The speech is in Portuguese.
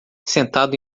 sentado